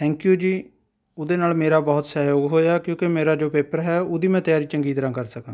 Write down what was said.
thank you ਜੀ ਉਹਦੇ ਨਾਲ ਮੇਰਾ ਬਹੁਤ ਸਹਿਯੋਗ ਹੋਇਆ ਕਿਉਂਕਿ ਮੇਰਾ ਜੋ ਪੇਪਰ ਹੈ ਉਹਦੀ ਮੈਂ ਤਿਆਰੀ ਚੰਗੀ ਤਰ੍ਹਾਂ ਕਰ ਸਕਾਂਗਾ